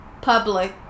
Public